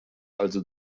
also